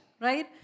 right